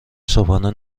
صبحانه